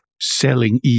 selling